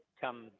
come